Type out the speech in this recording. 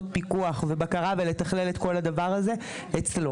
פיקוח ובקרה ולתכלל את כל הדבר הזה אצלו.